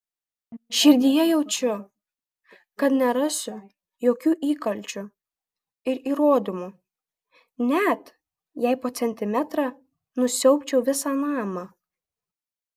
širdyje jaučiu kad nerasiu jokių įkalčių ir įrodymų net jei po centimetrą nusiaubčiau visą namą